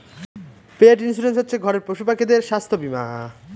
পেট insurance হচ্ছে ঘরের পশুপাখিদের স্বাস্থ্য বীমা